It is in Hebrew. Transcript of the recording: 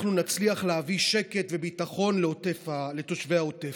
נצליח להביא שקט וביטחון לתושבי העוטף.